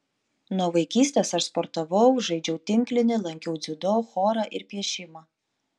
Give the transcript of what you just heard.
nuo vaikystės aš sportavau žaidžiau tinklinį lankiau dziudo chorą ir piešimą